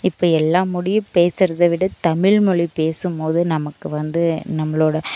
இப்போ எல்லா மொழியும் பேசுகிறத விட தமிழ் மொழி பேசும்போது நமக்கு வந்து நம்மளோட